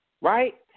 right